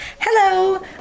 Hello